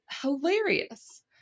hilarious